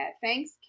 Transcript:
Thanks